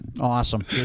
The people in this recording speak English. Awesome